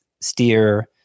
Steer